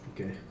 Okay